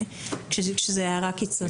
כשזה הערה קיצונית.